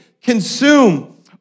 consume